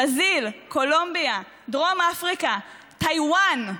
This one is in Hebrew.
ברזיל, קולומביה, דרום אפריקה, טייוואן.